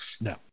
no